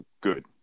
good